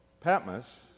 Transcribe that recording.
Patmos